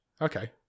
Okay